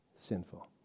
sinful